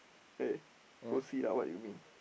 eh go see lah what it mean